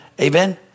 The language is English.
Amen